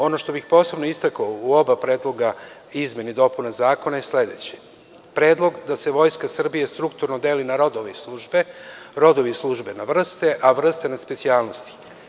Ono što bih posebno istakao u oba predloga izmena i dopuna zakona je sledeće: predlog da se Vojska Srbije strukturno deli na rodove i službe, rodovi i službe na vrsta, a vrste na specijalnosti.